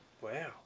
Wow